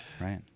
Right